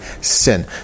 sin